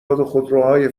خودروهای